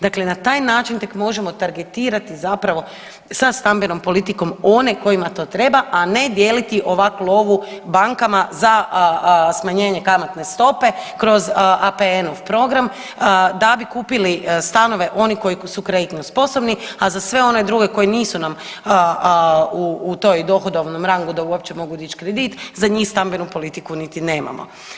Dakle, na taj način tek možemo targetirati zapravo sa stambenom politikom one kojima to treba, a ne dijeliti ovak lovu bankama za smanjenje kamatne stope kroz APN-ov program da bi kupili stanove oni koji su kreditno sposobni, a za sve one druge koji nisu nam u toj dohodovnom rangu da uopće mogu dići kredit za njih stambenu politiku niti nemamo.